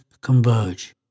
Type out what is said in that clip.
converge